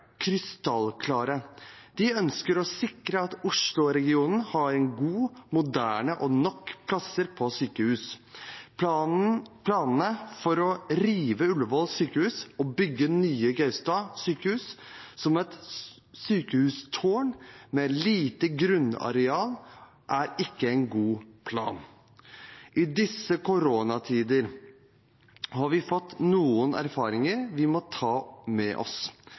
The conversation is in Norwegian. krystallklart: De ønsker å sikre at Oslo-regionen har gode, moderne og nok plasser på sykehus. Planene for å rive Ullevål sykehus og bygge nye Gaustad sykehus som et sykehustårn, med lite grunnareal, er ikke en god plan. I disse koronatider har vi fått noen erfaringer vi må ta med oss.